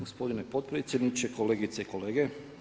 Gospodine potpredsjedniče, kolegice i kolege.